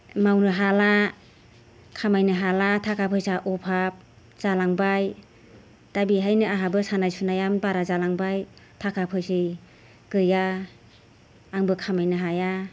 मावनो हाला खामायनो हाला थाखा फैसा अभाब जालांबाय दा बेहायनो आंहाबो सानाय सुनाया बारा जालांबाय थाखा फैसा गैया आंबो खामायनो हाया